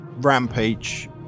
Rampage